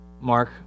Mark